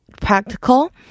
practical